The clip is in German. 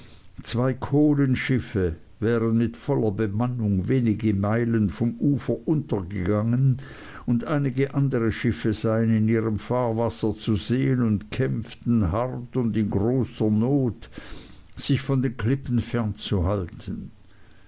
zwei kohlenschiffe wären mit voller bemannung wenige meilen vom ufer untergegangen und einige andere schiffe seien in ihrem fahrwasser zu sehen und kämpften hart und in großer not sich von den klippen